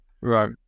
Right